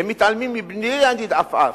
והם מתעלמים, בלי להניד עפעף,